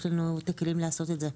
יש לנו את הכלים לעשות את זה.